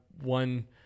one